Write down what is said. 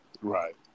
right